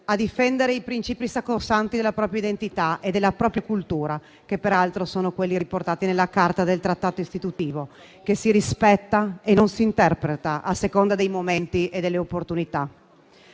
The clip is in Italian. a difendere i princìpi sacrosanti della propria identità e della propria cultura, che peraltro sono quelli riportati nella Carta del Trattato istitutivo, che si rispetta e non si interpreta a seconda dei momenti e delle opportunità.